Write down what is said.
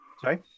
sorry